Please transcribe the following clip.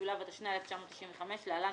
התשנ"ה 1995‏ (להלן,